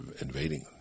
invading